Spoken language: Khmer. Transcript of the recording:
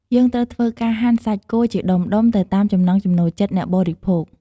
យើងត្រូវធ្វើការហាន់សាច់គោជាដុំៗទៅតាមចំណង់ចំណូលចិត្ត អ្នកបរិភោគ។